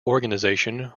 organization